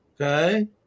okay